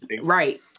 Right